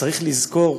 שצריך לזכור